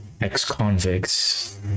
ex-convicts